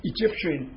Egyptian